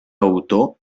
autor